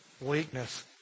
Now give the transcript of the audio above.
Weakness